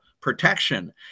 protection